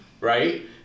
right